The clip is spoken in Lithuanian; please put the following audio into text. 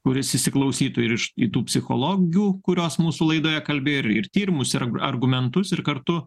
kuris įsiklausytų ir iš į tų psichologių kurios mūsų laidoje kalbėjo ir ir tyrimus ir argumentus ir kartu